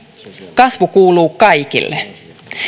kasvu kuuluu kaikille